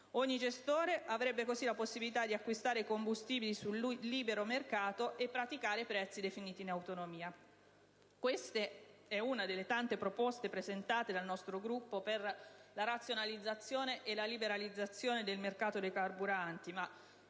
Ogni gestore avrebbe così la possibilità di acquistare combustibili sul libero mercato e praticare prezzi definiti in autonomia. Questa è una delle tante proposte presentate dal nostro Gruppo per la razionalizzazione e la liberalizzazione del mercato dei carburanti.